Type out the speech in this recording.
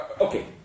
Okay